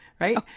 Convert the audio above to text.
right